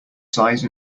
size